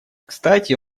кстати